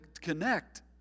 connect